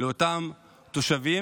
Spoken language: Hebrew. לאותם תושבים,